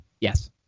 yes